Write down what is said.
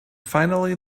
finally